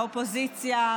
באופוזיציה,